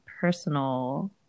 personal